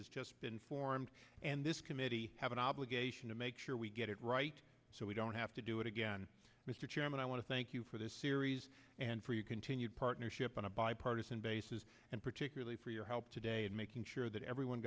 is just been formed and this committee have an obligation to make sure we get it right so we don't have to do it again mr chairman i want to thank you for this series and for you continued partnership on a bipartisan basis and particularly for your help today and making sure that everyone